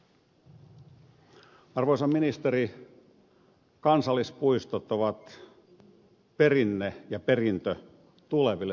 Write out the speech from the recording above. arvoisa ministeri kansallispuistot ovat perinne ja perintö tuleville sukupolville